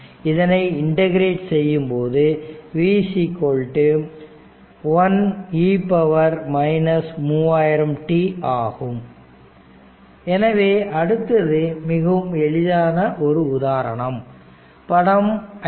இதனை இன்டகிரேட் செய்யும்போது v 1 e 3000 t ஆகும் எனவே அடுத்தது மிகவும் எளிதான ஒரு உதாரணம் படம் 5